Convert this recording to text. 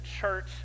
church